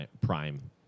prime